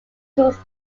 tools